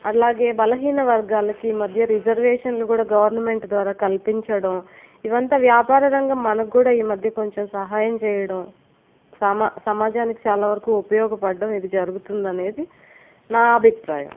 అలాగే బలహీన వర్గాలకి మధ్య రిజర్వేషన్లు కూడా గవర్నమెంట్ ద్వారా కల్పించడం ఇదంతా వ్యాపార రంగం మనకు కూడా ఈ మధ్య కొంచెం సహాయం చేయడం సామా సమాజానికి చాలా వరకు ఉపయోగపడడం ఇది జరుగుతుందనేది నా అభిప్రాయం